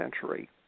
century